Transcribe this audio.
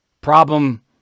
problem